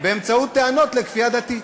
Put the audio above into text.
באמצעות טענות על כפייה דתית.